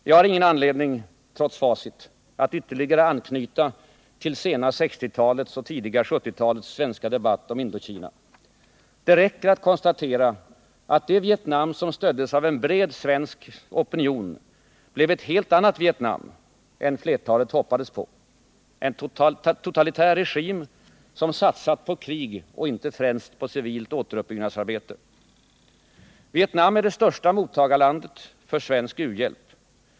Jag har ingen anledning — trots facit — att ytterligare anknyta till det sena 1960-talets och det tidiga 1970-talets svenska debatt om Indokina. Det räcker att konstatera att det Vietnam som stöddes av en bred svensk opinion blev ett helt annat Vietnam än flertalet hoppades på, en totalitär regim som satsat på krig och inte främst på civilt återuppbyggnadsarbete. Vietnam är det största mottagarlandet för svensk u-hjälp.